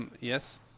yes